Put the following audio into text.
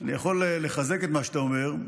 אני יכול לחזק את מה שאתה אומר,